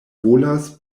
volas